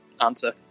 answer